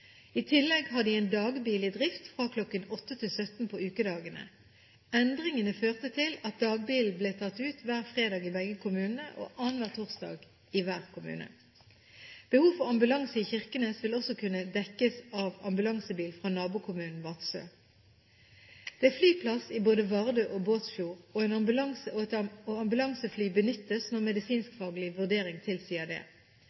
I tillegg har de en dagbil i drift fra kl. 8 til kl. 17 på ukedagene. Endringene førte til at dagbilen ble tatt ut hver fredag i begge kommunene, og annenhver torsdag i hver kommune. Behov for ambulanse i Kirkenes vil også kunne dekkes av ambulansebil fra nabokommunen Vadsø. Det er flyplass i både Vardø og Båtsfjord, og ambulansefly benyttes når medisinskfaglig vurdering tilsier det. Det er viktig at Avinor tar hensyn til behovet for luftambulansetjenester dersom det